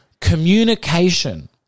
communication